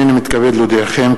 הנני מתכבד להודיעכם,